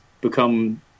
become